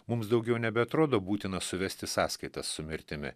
mums daugiau nebeatrodo būtina suvesti sąskaitas su mirtimi